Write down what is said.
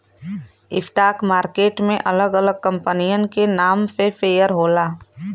stock market में अलग अलग कंपनियन के नाम से शेयर होला